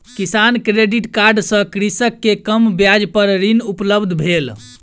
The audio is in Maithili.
किसान क्रेडिट कार्ड सँ कृषक के कम ब्याज पर ऋण उपलब्ध भेल